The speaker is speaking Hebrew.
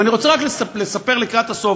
ואני רוצה רק לספר, לקראת הסוף: